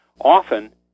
often